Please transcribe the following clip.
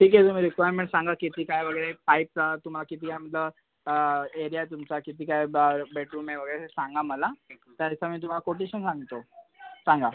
ठीक आहे तुम्ही रिक्वायरमेंट सांगा किती काय वगैरे साहित्य तुम्हाला किती आपलं एरिया तुमचा किती काय बा बेडरूम आहे वगैरे सांगा मला त्यायचा मी तुम्हाला कोटेशन सांगतो सांगा